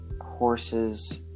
horses